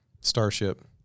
starship